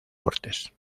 cortes